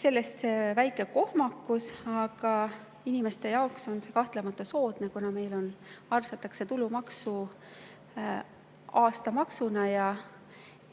Sellest see väike kohmakus, aga inimestele on see kahtlemata soodne, kuna meil arvestatakse tulumaksu aastamaksuna, [muudatus]